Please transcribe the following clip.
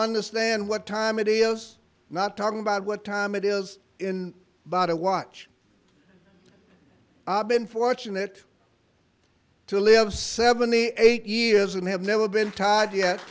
understand what time it is not talking about what time it is in but to watch i've been fortunate to live seventy eight years and have never been tired yet